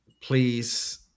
please